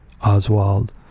Oswald